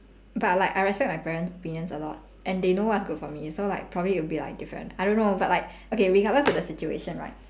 but like I respect my parents' opinions a lot and they know what's good for me so like probably it'll be like different I don't know but like okay regardless of the situation right